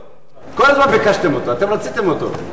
כל הזמן ביקשתם אותו, אתם רציתם אותו.